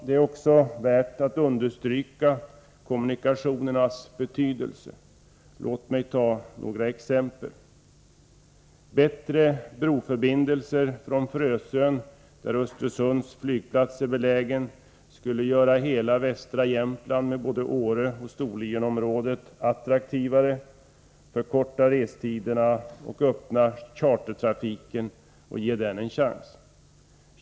det är också värt att understryka kommunikationernas betydelse. Låt mig ta några exempel. Bättre broförbindelser från Frösön, där Östersunds flygplats är belägen, skulle göra hela västra Jämtland med både Åre och Storlienområdet attraktivare, förkorta restiderna och öppna char tertrafiken och ge denna en chans.